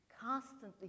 constantly